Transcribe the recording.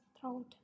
throat